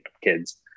kids